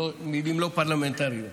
מילים לא פרלמנטריות.